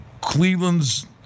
Cleveland's